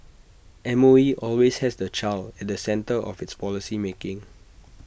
M O E always has the child at the centre of its policy making